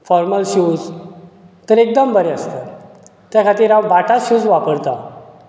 formal shoes तर एकदम बरें आसतात ते खातीर हांव बाटाच शूज वापरतां